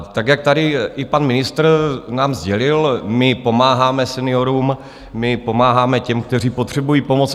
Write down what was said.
Tak jak tady i pan ministr nám sdělil, my pomáháme seniorům, pomáháme těm, kteří potřebují pomoc.